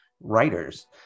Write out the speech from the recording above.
writers